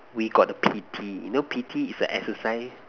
we got a P_T you know P_T is a exercise